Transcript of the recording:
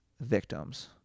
victims